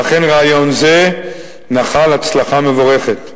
ואכן, רעיון זה נחל הצלחה מבורכת.